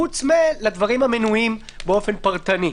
חוץ מאשר לדברים המנויים באופן פרטני.